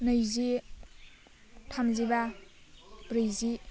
नैजि थामजिबा ब्रैजि